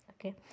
okay